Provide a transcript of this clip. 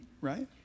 right